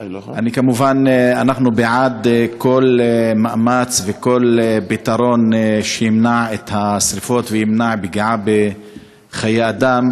אנחנו בעד כל מאמץ וכל פתרון שימנע את השרפות וימנע פגיעה בחיי אדם.